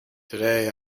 today